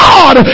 God